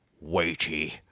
weighty